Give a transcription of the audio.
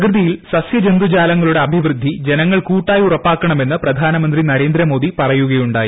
പ്രകൃതിയിൽ സസ്യ ജന്തൂജാലങ്ങളുടെ അഭിവൃദ്ധി ജനങ്ങൾ കൂട്ടായി ഉറപ്പാക്കണമെന്ന് പ്രധാനമന്ത്രി നരേന്ദ്രമോദി പറയുകയുണ്ടായി